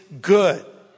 good